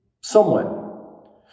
somewhat